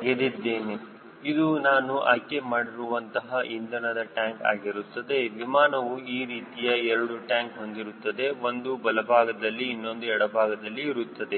ತೆಗೆದಿದ್ದೇನೆ ಇದು ನಾನು ಆಯ್ಕೆ ಮಾಡಿರುವಂತಹ ಇಂಧನದ ಟ್ಯಾಂಕ್ ಆಗಿರುತ್ತದೆ ವಿಮಾನವು ಈ ರೀತಿಯ 2 ಟ್ಯಾಂಕ್ ಹೊಂದಿರುತ್ತವೆ ಒಂದು ಬಲಭಾಗದಲ್ಲಿ ಇನ್ನೊಂದು ಎಡ ಭಾಗದಲ್ಲಿ ಇರುತ್ತದೆ